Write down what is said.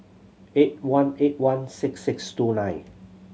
eight one eight one six six two nine